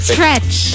Stretch